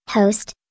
Host